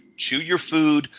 chew your food,